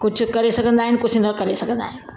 कुझु करे सघंदा आहिनि कुझु न करे सघंदा आहिनि